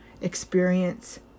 experience